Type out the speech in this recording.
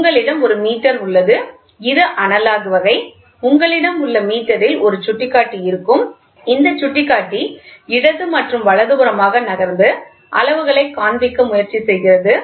உங்களிடம் ஒரு மீட்டர் உள்ளது இது ஒரு அனலாக் வகை உங்களிடம் உள்ள மீட்டரில் ஒரு சுட்டிக்காட்டி இருக்கும் இந்த சுட்டிக்காட்டி இடது மற்றும் வலதுபுறமாக நகர்ந்து அளவுகளை காண்பிக்க முயற்சி செய்கிறது